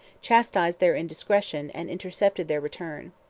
chastised their indiscretion, and intercepted their return.